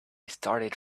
started